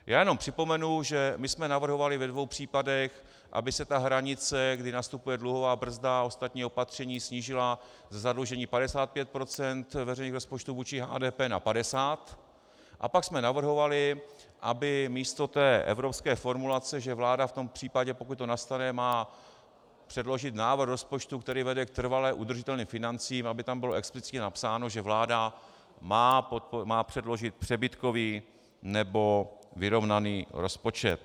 Já jenom připomenu, že my jsme navrhovali ve dvou případech, aby se ta hranice, kdy nastupuje dluhová brzda a ostatní opatření, snížila ze zadlužení 55 % veřejných rozpočtů vůči HDP na 50 %, a pak jsme navrhovali, aby místo té evropské formulace, že vláda v tom případě, pokud to nastane, má předložit návrh rozpočtu, který vede k trvale udržitelným financím, aby tam bylo explicitně napsáno, že vláda má předložit přebytkový nebo vyrovnaný rozpočet.